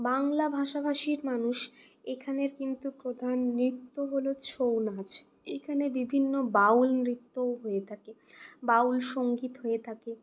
বাংলা ভাষাভাষীর মানুষ এখানের কিন্তু প্রধান নৃত্য হল ছৌ নাচ এখানে বিভিন্ন বাউল নৃত্যও হয়ে থাকে বাউল সঙ্গীত হয়ে থাকে